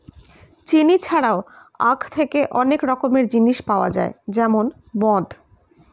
চিনি ছাড়াও আখ থেকে অনেক রকমের জিনিস পাওয়া যায় যেমন মদ